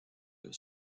out